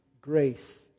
Grace